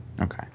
Okay